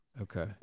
okay